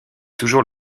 toujours